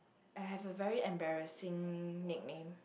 I have a very embarrassing nickname